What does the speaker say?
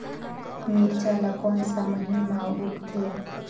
मिरचा ला कोन सा महीन मां उगथे?